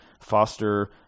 foster